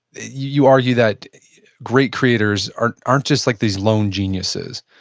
you argue that great creators aren't aren't just like these lone geniuses.